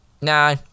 nah